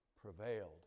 prevailed